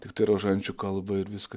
tiktai rožančių kalba ir viską